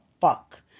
fuck